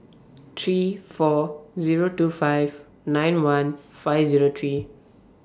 three four Zero two five nine one five Zero three